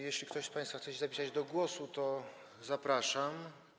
Jeśli ktoś z państwa chce się zapisać do głosu, to zapraszam.